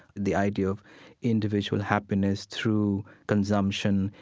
the idea of individual happiness through consumption,